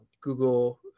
Google